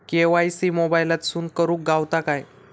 KYC मोबाईलातसून करुक गावता काय?